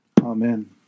Amen